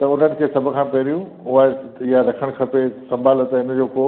त उन्हनि खे सभु खां पहिरियूं उहा इहा रखणु खपे संभाल त हिनजो को